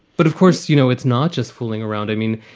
but, of course, you know, it's not just fooling around. i mean,